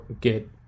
get